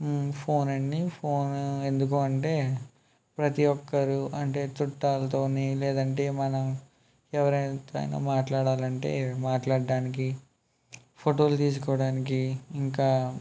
ఫోనండి phone ఎందుకు అంటే ప్రతి ఒక్కరు అంటే చుట్టాలతో లేదంటే మనం ఎవరైనతోనైన మాట్లాడాలంటే మాట్లాడడానికీ ఫోటోలు తీసుకోడానికీ ఇంకా